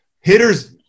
hitters